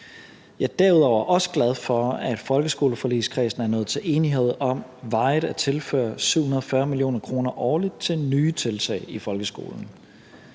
Jeg er derudover også glad for, at folkeskoleforligskredsen er nået til enighed om varigt at tilføre 740 mio. kr. årligt til nye tiltag i folkeskolen.